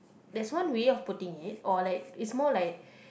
there's one way of putting it or like it's more like